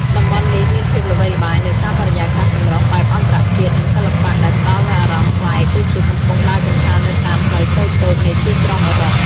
តំបន់នេះមានភាពល្បីល្បាញដោយសារបរិយាកាសចម្រុះបែបអន្តរជាតិ និងសិល្បៈ ដែលផ្តល់នូវអារម្មណ៍ប្លែក ដូចជាកំពុងដើរកម្សាន្តនៅតាមផ្លូវតូចៗនៃទីក្រុងអឺរ៉ុប។